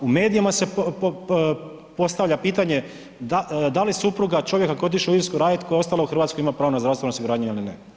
U medijima se postavlja pitanje da li supruga čovjeka koji je otišao u Irsku raditi koja je ostala u Hrvatskoj ima pravo na zdravstveno osiguranje ili ne.